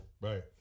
Right